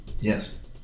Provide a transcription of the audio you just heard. Yes